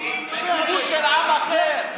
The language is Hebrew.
כיבוש של עם אחר.